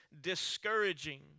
discouraging